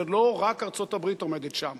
שלא רק ארצות-הברית עומדת שם.